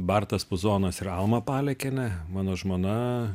bartas puzonas ir alma palekienė mano žmona